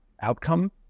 outcome